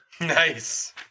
Nice